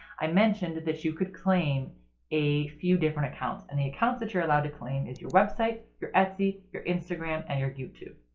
i mentioned that you could claim a few different accounts. and the accounts that you're allowed to claim is your website, your etsy, your instagram, and your youtube.